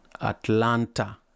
Atlanta